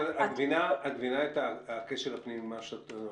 רות, את מבינה את הכשל הפנימי במה שאת אומרת.